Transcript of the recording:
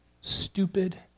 stupid